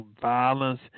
violence